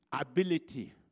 ability